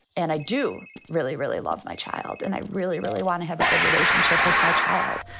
and i do really, really love my child. and i really, really want to have a good relationship with my child.